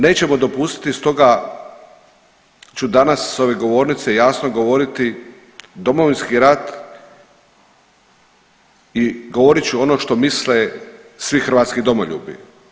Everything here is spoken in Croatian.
Nećemo dopustiti stoga ću danas s ove govornice jasno govoriti, Domovinski rat i govorit ću ono što misle svi hrvatski domoljubi.